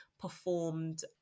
performed